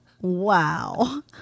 Wow